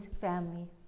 family